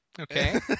Okay